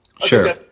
Sure